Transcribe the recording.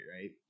right